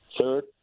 third